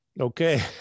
Okay